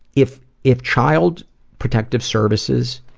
if. if child protective services